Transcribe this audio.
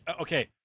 Okay